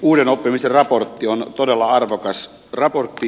uuden oppimisen raportti on todella arvokas raportti